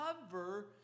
cover